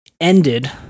ended